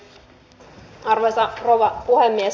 arvoisa rouva puhemies